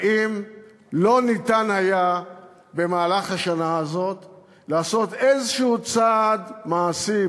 האם לא ניתן היה במהלך השנה הזאת לעשות איזשהו צעד מעשי,